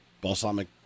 Balsamic